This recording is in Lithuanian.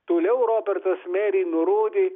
toliau robertas meri nurodė